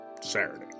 Saturday